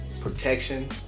protection